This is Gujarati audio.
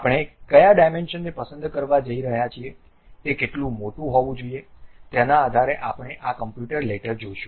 આપણે કયા ડાયમેન્શનને પસંદ કરવા જઈ રહ્યા છીએતે કેટલું મોટું હોવું જોઈએ તેના આધારે આપણે આ કમ્પ્યુટર લેટર જોશું